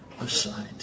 aside